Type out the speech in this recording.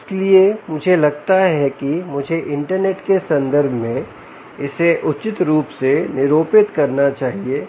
इसलिए मुझे लगता है कि मुझे इंटरनेट के संदर्भ में इसे उचित रूप से निरूपित करना चाहिए